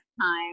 time